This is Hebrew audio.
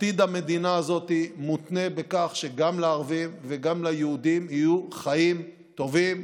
עתיד המדינה הזאת מותנה בכך שגם לערבים וגם ליהודים יהיו חיים טובים,